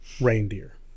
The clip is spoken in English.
Reindeer